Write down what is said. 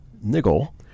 Niggle